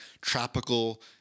tropical